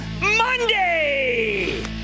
Monday